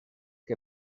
que